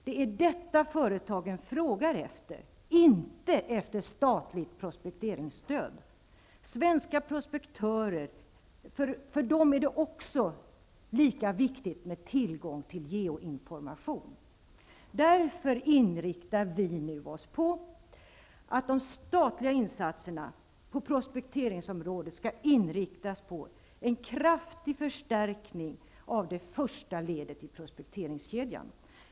Det är detta företagen frågar efter -- inte efter statligt prospekteringsstöd. För svenska prospektörer är tillgång till geoinformation lika viktig. Därför inriktar vi oss nu på att de statliga insatserna på prospekteringsområdet skall inriktas på en kraftig förstärkning av det första ledet i prospekteringskedjan.